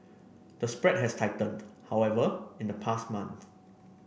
the spread has tightened however in the past month